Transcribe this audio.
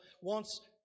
wants